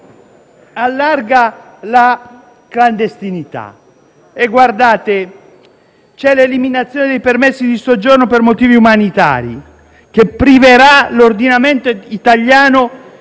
allarga la clandestinità. Nel decreto è prevista l'eliminazione dei permessi di soggiorno per motivi umanitari, che priverà l'ordinamento italiano